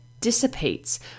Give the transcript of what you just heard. dissipates